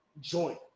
joint